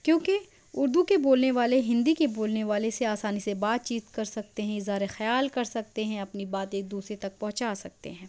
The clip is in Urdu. کیوں کہ اُردو کے بولنے والے ہندی کے بولنے والے سے آسانی سے بات چیت کر سکتے ہیں اظہارِ خیال کر سکتے ہیں اپنی بات ایک دوسرے تک پہنچا سکتے ہیں